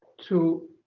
to